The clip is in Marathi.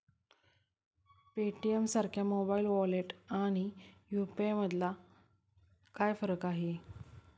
पेटीएमसारख्या मोबाइल वॉलेट आणि यु.पी.आय यामधला फरक काय आहे?